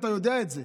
אתה יודע את זה.